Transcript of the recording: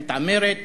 המתעמרת,